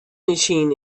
machine